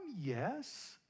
Yes